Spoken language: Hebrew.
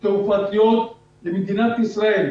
התעופה למדינת ישראל.